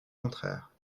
contraire